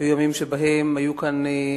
היו ימים שבהם היו מנהגים,